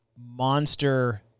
monster